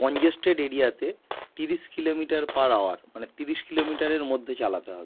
congested এরিয়াতে তিরিশ kilometre per hour মানে তিরিশ কিলোমিটারের মধ্যে চালাতে হবে